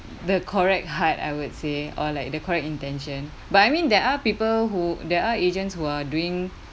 the correct heart I would say or like the correct intention but I mean there are people who there are agents who are doing